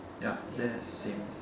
ya that's same